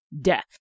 death